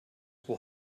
will